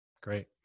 Great